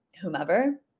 whomever